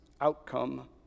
outcome